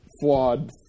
flawed